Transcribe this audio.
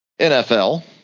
NFL